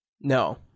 No